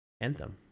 Anthem